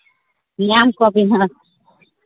ᱧᱟᱢ ᱠᱚᱣᱟᱵᱤᱱ ᱦᱟᱸᱜ